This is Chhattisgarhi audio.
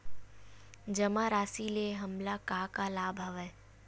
जमा राशि ले हमला का का लाभ हवय?